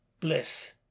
bliss